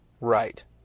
Right